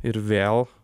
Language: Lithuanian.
ir vėl